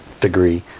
degree